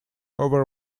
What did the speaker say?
over